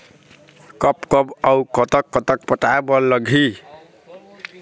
कब कब अऊ कतक कतक पटाए बर लगही